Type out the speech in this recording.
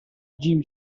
جیم